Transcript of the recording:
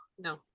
No